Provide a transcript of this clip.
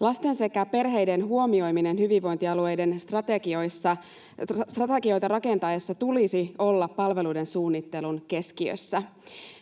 lasten sekä perheiden huomioimisen tulisi olla palveluiden suunnittelun keskiössä.